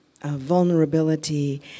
vulnerability